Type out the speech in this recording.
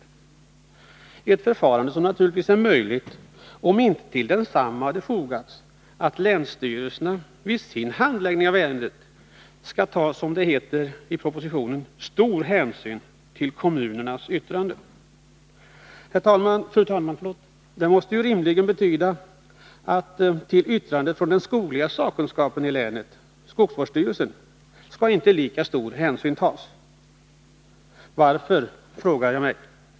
Ett sådant förfarande skulle naturligtvis ha varit möjligt, om inte till detsamma hade fogats att länsstyrelserna vid sin handläggning av ärendet skall ta, som det heter i propositionen, stor hänsyn till kommunernas yttrande. Fru talman! Detta måste rimligen betyda att till yttrandet från den skogliga sakkunskapen i länet, skogsvårdsstyrelsen, skall inte lika stor hänsyn tas. Varför? frågar jag mig.